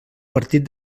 partit